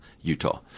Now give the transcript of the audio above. Utah